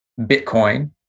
Bitcoin